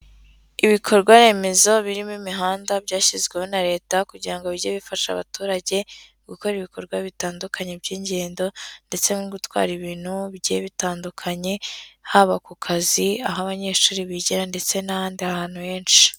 Umuhanda ni igikorwaremezo gifasha abantu bose mu buzima bwabo bwa buri munsi turavuga abamotari, imodoka ndetse n'abandi bantu bawukoresha mu buryo busanzwe burabafasha mu bikorwa byabo bya buri munsi.